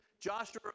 Joshua